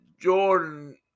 Jordan